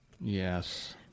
Yes